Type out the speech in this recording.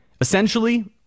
essentially